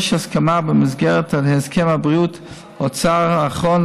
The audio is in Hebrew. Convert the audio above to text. יש הסכמה במסגרת הסכם בריאות-אוצר האחרון